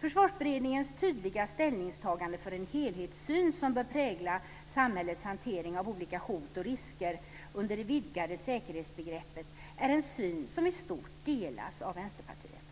Försvarsberedningens tydliga ställningstagande för en helhetssyn som bör prägla samhällets hantering av olika hot och risker under det vidgade säkerhetsbegreppet är en syn som i stort delas av Vänsterpartiet.